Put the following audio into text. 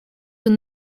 when